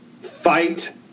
fight